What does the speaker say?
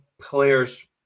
players